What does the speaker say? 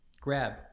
grab